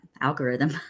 algorithm